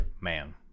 Man